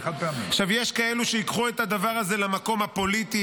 יש כאלה שייקחו את הדבר הזה למקום הפוליטי,